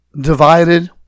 divided